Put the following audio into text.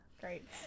great